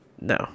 No